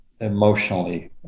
emotionally